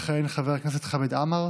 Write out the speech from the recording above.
יכהן חבר הכנסת חמד עמאר,